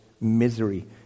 misery